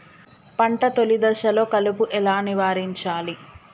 పంట తొలి దశలో కలుపు ఎలా నివారించాలి?